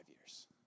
years